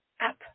up